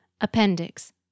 Appendix